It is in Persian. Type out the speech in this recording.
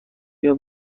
بیا